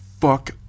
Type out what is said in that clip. fuck